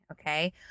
Okay